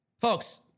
Folks